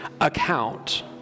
account